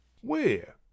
Where